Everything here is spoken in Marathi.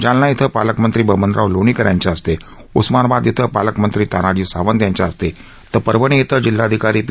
जालना इथं पालकमंत्री बबनराव लोणीकर यांच्या हस्ते उस्मानाबाद इथं पालकमंत्री तानाजी सावंत यांच्या हस्ते तर परभणी इथं जिल्हाधिकारी पी